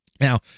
Now